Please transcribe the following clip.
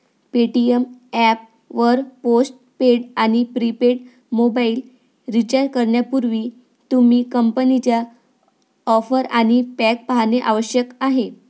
Paytm app वर postpaid आणि prepaid mobile recharge करण्यापूर्वी, तुम्ही कंपनीच्या ऑफर आणि पॅक पाहणे आवश्यक आहे